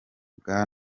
bwa